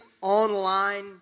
online